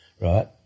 Right